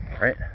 right